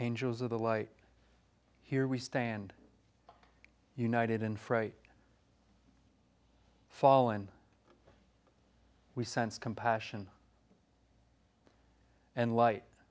angels of the light here we stand united in fright fallen we sense compassion and light